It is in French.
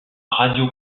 radio